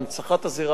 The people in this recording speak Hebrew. לשמור את זה.